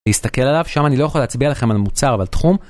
להסתכל עליו שם אני לא יכול להצביע לכם על מוצר ועל תחום.